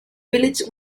village